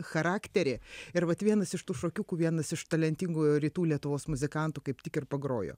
charakterį ir vat vienas iš tų šokiukų vienas iš talentingų rytų lietuvos muzikantų kaip tik ir pagrojo